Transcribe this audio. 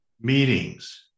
meetings